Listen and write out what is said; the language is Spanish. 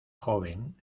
joven